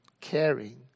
caring